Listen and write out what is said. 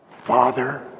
Father